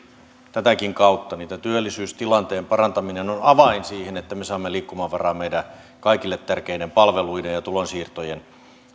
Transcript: tätäkin kautta tämä työllisyystilanteen parantaminen on avain siihen että me saamme liikkumavaraa kaikille tärkeiden palveluiden ja tulonsiirtojen